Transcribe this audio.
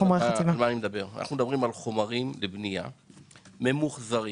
אני אזכיר על מה אני מדבר: אנחנו מדברים על חומרים ממוחזרים לבנייה.